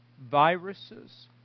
viruses